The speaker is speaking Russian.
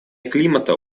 климата